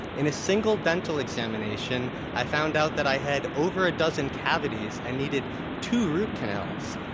in a single dental examination, i found out that i had over a dozen cavities and needed two root canals.